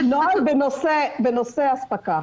"נוהל בנושא אספקה".